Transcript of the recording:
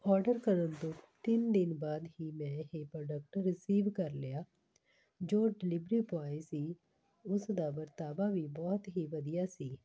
order ਕਰਨ ਤੋਂ ਤਿੰਨ ਦਿਨ ਬਾਅਦ ਹੀ ਮੈਂ ਇਹ ਪ੍ਰੋਡਕਟ ਰਿਸੀਵ ਕਰ ਲਿਆ ਜੋ ਡਿਲੀਵਰੀ ਬੋਆਏ ਸੀ ਉਸ ਦਾ ਵਰਤਾਵਾ ਵੀ ਬਹੁਤ ਹੀ ਵਧੀਆ ਸੀ